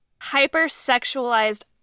hyper-sexualized